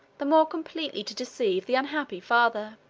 the more completely to deceive the unhappy father.